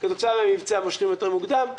וכתוצאה מהמבצע מושכים יותר מוקדם.